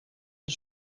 het